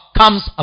comes